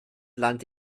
land